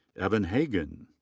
evan hagan.